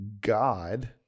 god